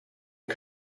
and